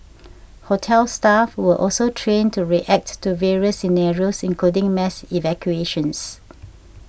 hotel staff were also trained to react to various scenarios including mass evacuations